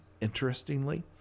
interestingly